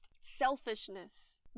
selfishness